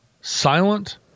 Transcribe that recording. silent